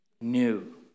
new